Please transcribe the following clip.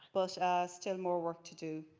but still more work to do.